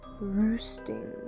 roosting